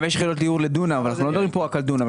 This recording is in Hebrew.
חמש יחידות דיור לדונם אבל אנחנו לא מדברים כאן רק על דונם.